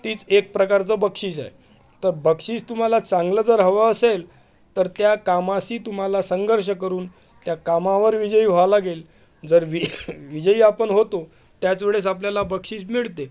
तीच एक प्रकारचं बक्षीस आहे तर बक्षीस तुम्हाला चांगलं जर हवं असेल तर त्या कामाशी तुम्हाला संघर्ष करून त्या कामावर विजयी व्हावं लागेल जर विज विजयी आपण होतो त्याच वेळेस आपल्याला बक्षीस मिळते